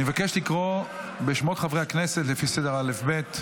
אני מבקש לקרוא בשמות חברי הכנסת לפי סדר הא"ב.